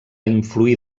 influir